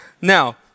now